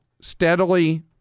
steadily